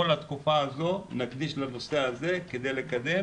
כל התקופה הזו נקדיש לנושא הזה כדי לקדם